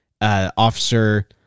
Officer